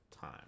time